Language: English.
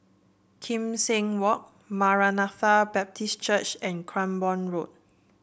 Kim Seng Walk Maranatha Baptist Church and Cranborne Road